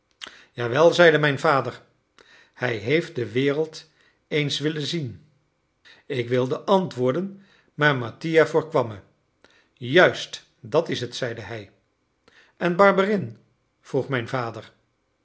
jawel zeide mijn vader hij heeft de wereld eens willen zien ik wilde antwoorden maar mattia voorkwam me juist dat is het zeide hij en barberin vroeg mijn vader